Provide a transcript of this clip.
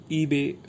eBay